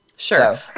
Sure